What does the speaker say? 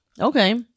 Okay